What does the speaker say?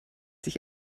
sich